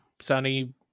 sunny